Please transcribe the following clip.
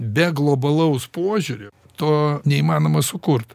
be globalaus požiūrio to neįmanoma sukurt